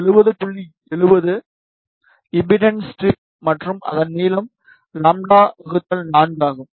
7 impedance strip மற்றும் அதன் நீளம் λ 4 ஆகும்